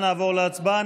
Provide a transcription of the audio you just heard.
אנא עבור להצבעה.